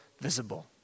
visible